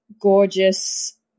gorgeous